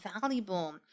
valuable